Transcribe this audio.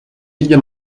ella